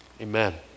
Amen